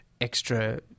extra